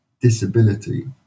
disability